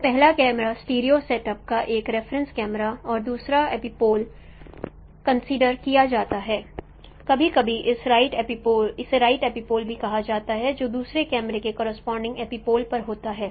तो पहला camera stereo setup का एक रेफरेंस कैमरा और दूसरा एपिपोल कंसीडर किया जाता है कभी कभी इसे राइट एपिपोल भी कहा जाता है जो दूसरे कैमरे के करोसपोंडिंग एपिपोल पर होता है